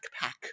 pack